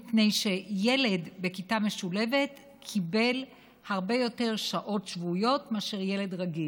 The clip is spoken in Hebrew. מפני שילד בכיתה משולבת קיבל הרבה יותר שעות מאשר ילד רגיל,